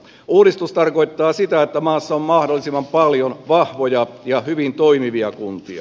uudistus tarkoittaa sitä että maassa on mahdollisimman paljon vahvoja ja hyvin toimivia kuntia